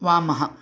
वामः